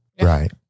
Right